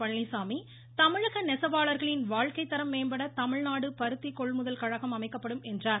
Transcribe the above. பழனிசாமி தமிழக நெசவாளர்களின் வாழ்க்கைத் தரம் மேம்பட தமிழ்நாடு பருத்தி கொள்முதல் கழகம் அமைக்கப்படும் என்றார்